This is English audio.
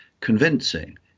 convincing